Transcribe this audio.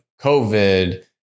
COVID